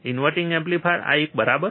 inverting amplifier આ એક બરાબર